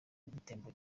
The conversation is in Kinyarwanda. igitambo